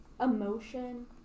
emotion